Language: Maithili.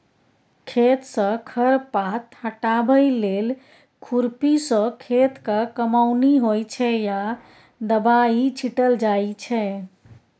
खेतसँ खर पात हटाबै लेल खुरपीसँ खेतक कमौनी होइ छै या दबाइ छीटल जाइ छै